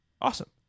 Awesome